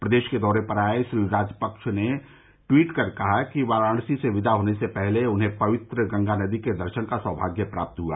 प्रदेश के दौरे पर आए श्री राजपक्ष ने ट्वीट कर कहा कि वाराणसी से विदा होने से पहले उन्हें पवित्र गंगा नदी के दर्शन का सौमाग्य प्राप्त हुआ